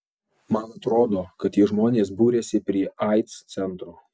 man atrodo kad tie žmonės buriasi prie aids centro